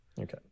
Okay